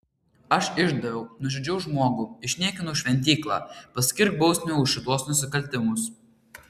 aš išdaviau nužudžiau žmogų išniekinau šventyklą paskirk bausmę už šituos nusikaltimus